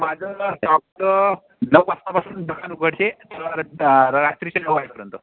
माझं शॉपचं नऊ वाजसापासून दुकान उघडते तर रात्रीचे नऊ वाजेपर्यंत